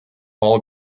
all